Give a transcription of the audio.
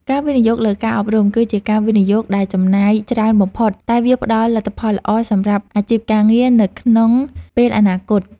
ការវិនិយោគលើការអប់រំ គឺជាការវិនិយោគដែលចំណាយច្រើនបំផុតតែវាផ្តល់លទ្ធផលល្អសម្រាប់អាជីពការងារនៅក្នុងពេលអនាគត។